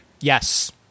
Yes